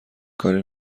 کاری